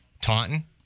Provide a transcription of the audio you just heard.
Taunton